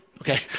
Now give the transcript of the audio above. okay